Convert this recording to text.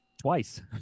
Twice